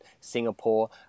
Singapore